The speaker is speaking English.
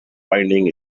finding